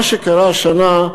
מה שקרה השנה,